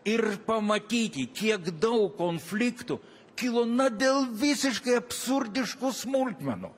ir pamatyti kiek daug konfliktų kilo na dėl visiškai absurdiškų smulkmenų